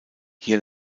hier